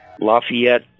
Lafayette